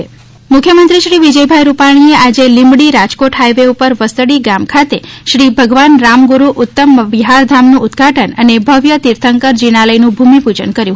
મુખ્યમંત્રી મુખ્યમંત્રી શ્રી વિજયભાઈ રૂપાણી એ આજે લીંબડી રાજકોટ હાઇવે ઉપર વસ્તડી ગામ ખાતે શ્રી ભગવાન રામ ગુરૂ ઉત્તમ વિહારધામ નું ઉદ્વાટન અને ભવ્ય તીર્થંકર જિનાલય નું ભૂમિ પૂજન કર્યું